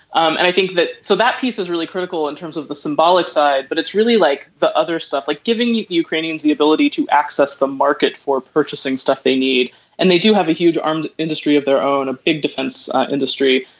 um and i think that so that piece is really critical in terms of the symbolic side. but it's really like the other stuff like giving the ukrainians the ability to access the market for purchasing stuff they need and they do have a huge armed industry of their own a big defense industry.